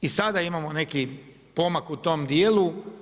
I sada imamo neki pomak u tom dijelu.